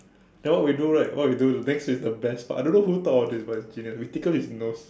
then what we do right what we do the next is the best part I don't know who thought of this but genius we tickle his nose